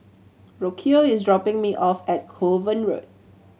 Rocio is dropping me off at Kovan Road